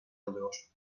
alıyor